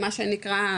מה שנקרא,